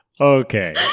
Okay